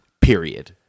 Period